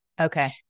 okay